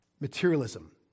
Materialism